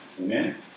Amen